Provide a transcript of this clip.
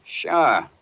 Sure